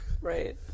Right